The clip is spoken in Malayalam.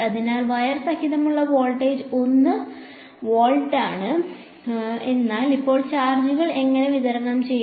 അതിനാൽ വയർ സഹിതമുള്ള വോൾട്ടേജ് 1 വോൾട്ട് ആണ് എന്നാൽ ഇപ്പോൾ ചാർജുകൾ എങ്ങനെ വിതരണം ചെയ്യും